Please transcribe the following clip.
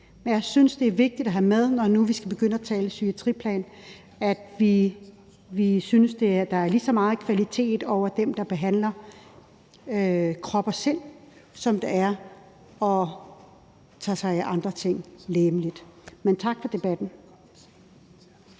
jeg synes, det er vigtigt at have med, når nu vi skal begynde at tale psykiatriplan, altså at vi synes, at der er lige så meget kvalitet hos dem, der behandler krop og sind, som der er hos dem, der tager sig af andre legemlige ting. Men tak for debatten.